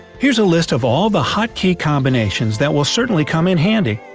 here's a list of all the hot key combinations that will certainly come in handy.